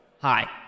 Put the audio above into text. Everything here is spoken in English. Hi